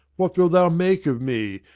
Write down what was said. what wilt thou make of me?